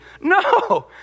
no